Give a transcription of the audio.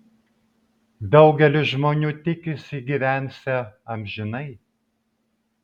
daugelis žmonių tikisi gyvensią amžinai